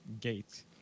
Gate